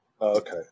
Okay